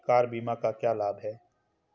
Car बीमा का क्या लाभ है?